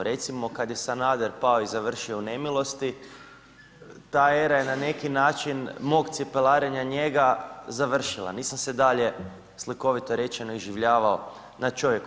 Recimo kada je Sanader pao i završio u nemilosti ta era je na neki način mog cipelarenja njega završila, nisam se dalje slikovito rečeno iživljavao na čovjeku.